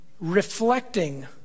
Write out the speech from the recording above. reflecting